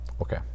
okay